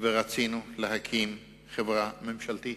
ורצינו להקים, חברה ממשלתית.